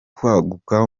kwaguka